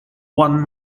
one